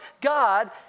God